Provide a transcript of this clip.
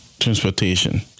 transportation